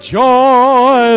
joy